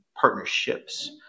partnerships